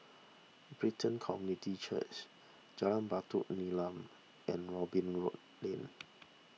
Brighton Community Church Jalan Batu Nilam and Robin Rob Lane